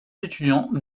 étudiants